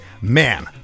man